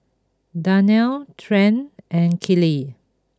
Darnell Trent and Kellie